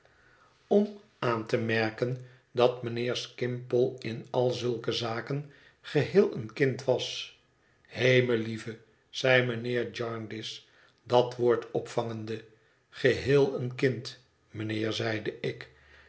om aan te merken dat mijnheer skimpole in al zulke zaken geheel een kind was he melieve zeide mijnheer jarndyce dat woord opvangende geheel een kind mijnheer zeide ik